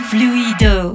Fluido